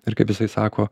ir kaip jisai sako